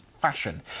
fashion